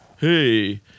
hey